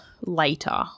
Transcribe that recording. later